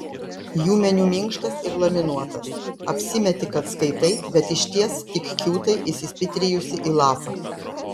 jų meniu minkštas ir laminuotas apsimeti kad skaitai bet išties tik kiūtai įsispitrijusi į lapą